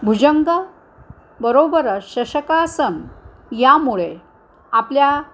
भुजंग बरोबर शशकासन यामुळे आपल्या